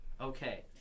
Okay